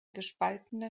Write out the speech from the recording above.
gespaltener